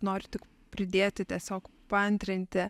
noriu tik pridėti tiesiog paantrinti